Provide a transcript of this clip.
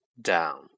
down